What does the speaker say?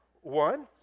One